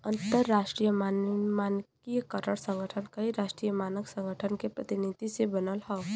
अंतरराष्ट्रीय मानकीकरण संगठन कई राष्ट्रीय मानक संगठन के प्रतिनिधि से बनल हौ